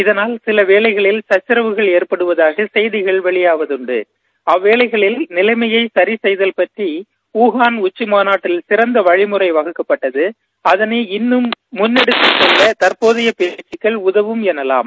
இகளால் சில வேலைகள் சக்சாவுகள் எற்படுவதாக செய்திகள் வெளியாவதண்டு அல்வேளைகளில் நிலைமையை சரிசெய்வது பற்றி ஊகான் உச்சி மாநாட்டில் சிறந்த வழிமுறை வகுக்கப்பட்டது அதளை இன்னும் முன்னெடுத்து செல்ல தற்போதைய பேச்சக்கள் உதவம் எனவாம்